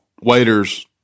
waiters